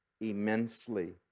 immensely